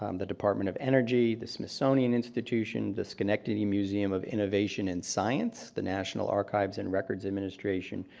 um the department of energy, the smithsonian institution, the schenectady museum of innovation and science, the national archives and records administration,